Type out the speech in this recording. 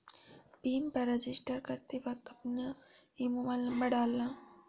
भीम पर रजिस्टर करते वक्त अपना ही मोबाईल नंबर डालना